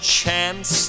chance